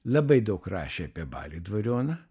labai daug rašė apie balį dvarioną